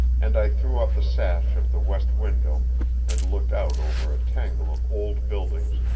and i threw up the sash of the west window and looked out over a tangle of old buildings,